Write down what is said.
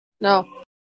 No